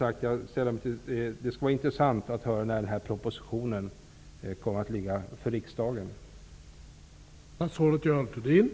Det skulle vara intressant att få höra när propositionen kommer att ligga på riksdagens bord.